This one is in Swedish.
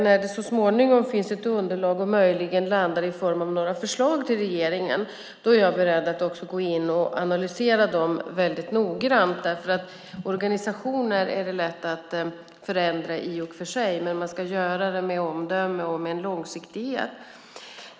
När det så småningom finns ett underlag som möjligen landar i form av några förslag till regeringen är jag beredd att gå in och analysera dessa noggrant. Det är lätt att förändra organisationer i och för sig, men man ska göra det med omdöme och med en långsiktighet.